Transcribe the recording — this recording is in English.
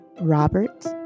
Robert